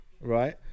right